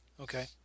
Okay